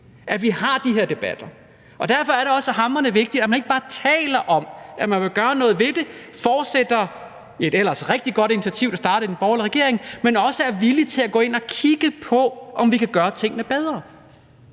at vi har de her debatter, og derfor er det også hamrende vigtigt, at man ikke bare taler om, at man vil gøre noget ved det og fortsætter et ellers rigtig godt initiativ, der startede i den borgerlige regering, men også er villig til at gå ind og kigge på, om vi kan gøre tingene bedre.